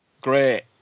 great